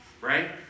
right